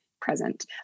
present